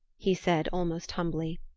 he said almost humbly.